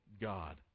God